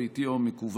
הביתי או המקוון.